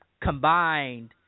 combined